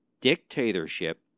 dictatorship